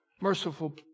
merciful